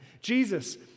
Jesus